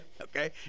okay